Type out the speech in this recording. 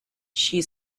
she